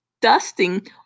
dusting